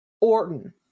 Orton